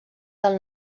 del